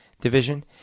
division